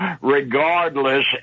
regardless